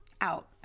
out